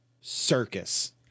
Circus